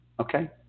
Okay